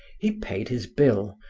he payed his bill,